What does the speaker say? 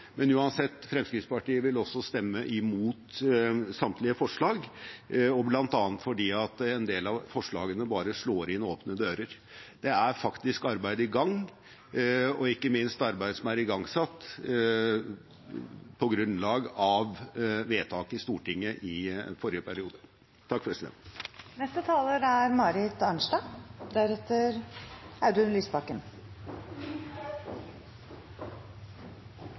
men uansett: Fremskrittspartiet vil også stemme imot samtlige forslag, bl.a. fordi en del av forslagene slår inn åpne dører. Det er faktisk arbeid i gang, ikke minst arbeid som er igangsatt på grunnlag av vedtak i Stortinget i forrige periode. La meg få lov til å starte med noe helt konkret: Det er